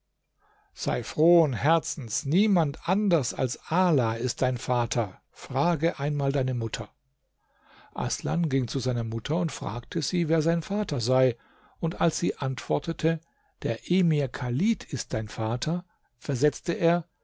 sei frohen herzens niemand anders als ala ist dein vater frage einmal deine mutter aßlan ging zu seiner mutter und fragte sie wer sein vater sei und als sie antwortete der emir chalid ist dein vater versetzte er